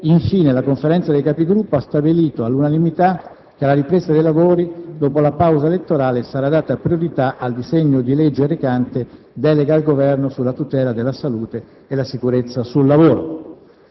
Infine, la Conferenza dei Capigruppo ha stabilito all'unanimità che alla ripresa dei lavori, dopo la pausa elettorale, sarà data priorità al disegno di legge recante delega al Governo sulla tutela della salute e la sicurezza sul lavoro.